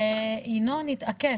וינון התעקש,